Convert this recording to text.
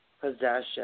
possession